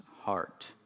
heart